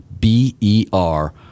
b-e-r